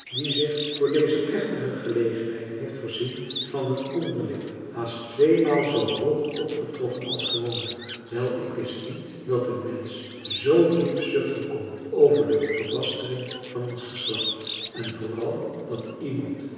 die zich voor deze plechtige gelegenheid heeft voorzien van een onderlip haast tweemaal zoo hoog opgetrokken als gewoonlijk wel ik wist niet dat een mensch z diep zuchten kon over de verbastering van ons geslacht en vooral dat iemand